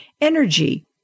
energy